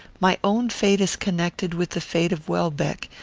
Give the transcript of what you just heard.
my own fate is connected with the fate of welbeck,